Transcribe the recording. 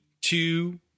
two